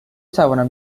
توانم